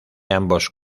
ambos